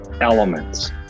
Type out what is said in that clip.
elements